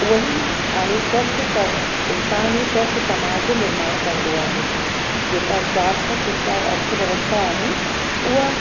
उहा ई आहे स्वस्थ इंसान ई स्वस्थ समाज जो निर्माण कंदो आहे जेका स्वास्थ्य शिक्षा अर्थव्यवस्था आहिनि उहा